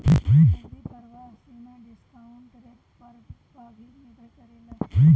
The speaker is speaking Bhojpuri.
नगदी प्रवाह सीमा डिस्काउंट रेट पअ भी निर्भर करेला